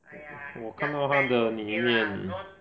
我看到她的里面